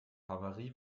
havarie